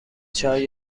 چای